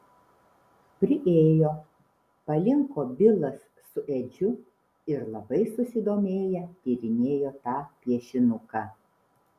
priėjo palinko bilas su edžiu ir labai susidomėję tyrinėjo tą piešinuką